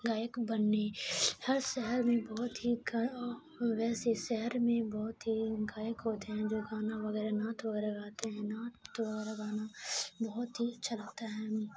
گائک بننے ہر شہر میں بہت ہی ویسے شہر میں بہت ہی گائک ہوتے ہیں جو گانا وغیرہ نعت وغیرہ غاتے ہیں نعت وغیرہ گانا بہت ہی اچھا لگتا ہے